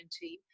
team